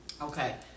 Okay